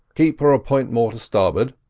keep her a point more to starboard.